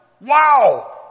Wow